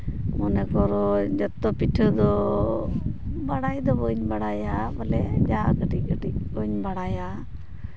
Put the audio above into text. ᱢᱚᱱᱮ ᱠᱚᱨᱚ ᱡᱚᱛᱚ ᱯᱤᱴᱷᱟᱹ ᱫᱚ ᱵᱟᱲᱟᱭ ᱫᱚ ᱵᱟᱹᱧ ᱵᱟᱲᱟᱭᱟ ᱵᱚᱞᱮ ᱡᱟ ᱠᱟᱹᱴᱤᱡ ᱠᱟᱹᱴᱤᱡ ᱠᱚᱧ ᱵᱟᱲᱟᱭᱟ